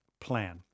plan